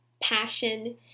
passion